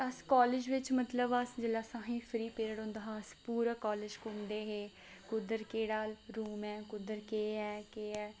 ते अस कॉलेज बिच अस मतलब अस जेल्लै असें गी फ्री पीरियड होंदा हा अस पूरा कॉलेज घुम्मदे हे कुद्धर केह्ड़ा रूम ऐ कुद्धर केह् ऐ केह् ऐ